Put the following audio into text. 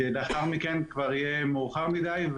כי לאחר מכן כבר יהיה מאוחר מדי.